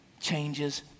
changes